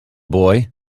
boy